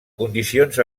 condicions